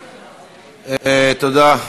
תודה.